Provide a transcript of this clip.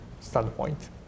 standpoint